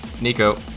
Nico